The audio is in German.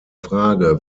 frage